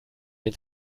den